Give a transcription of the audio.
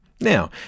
Now